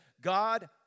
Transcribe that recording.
God